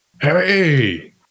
Hey